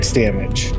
damage